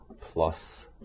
plus